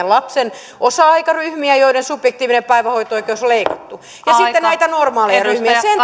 lapsen osa aikaryhmiä joiden subjektiivinen päivähoito oikeus on leikattu ja sitten näitä normaaleja ryhmiä sen